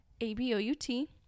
A-B-O-U-T